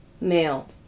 male